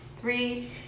three